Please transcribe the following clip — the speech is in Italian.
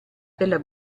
della